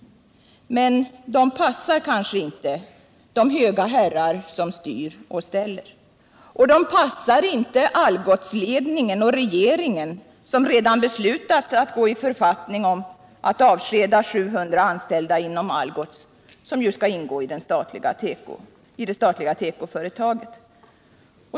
Men de passar kanske inte de höga herrar som styr och ställer. Och de passar inte Algotsledningen och regeringen, som redan har beslutat att avskeda 700 anställda inom Algots, som ju skall ingå i det statliga tekoföretaget.